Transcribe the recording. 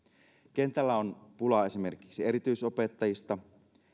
kentällä on pulaa esimerkiksi erityisopettajista